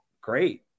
great